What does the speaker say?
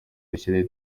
rishyiraho